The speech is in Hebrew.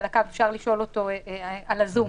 בוצמסקי משתתף בזום,